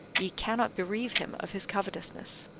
ye cannot bereave him of his covetousness.